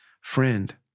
friend